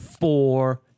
four